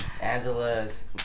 Angela's